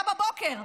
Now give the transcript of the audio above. היה בבוקר.